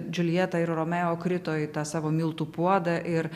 džuljeta ir romeo krito į tą savo miltų puodą ir